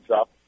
up